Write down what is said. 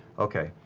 okay.